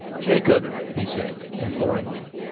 jacob, he said, imploringly.